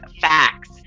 facts